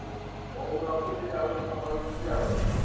ହଉ ହଉ ରଖିଲି ଯାଉଛି ସକାଳୁ ଯିବି ଆଉ